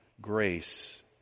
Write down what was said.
grace